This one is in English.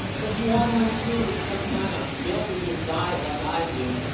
but if you want to include some kind of milk in your diet like i do,